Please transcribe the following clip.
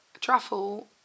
Truffle